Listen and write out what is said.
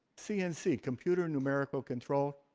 cnc, computer numerical control,